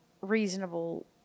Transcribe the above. reasonable